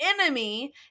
enemy